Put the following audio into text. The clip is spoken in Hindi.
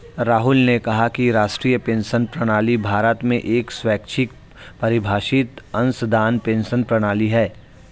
राहुल ने कहा कि राष्ट्रीय पेंशन प्रणाली भारत में एक स्वैच्छिक परिभाषित अंशदान पेंशन प्रणाली है